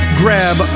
grab